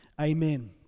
amen